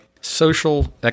social